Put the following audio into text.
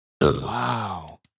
Wow